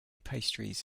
pastries